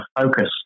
focus